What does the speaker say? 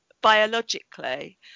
biologically